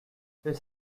his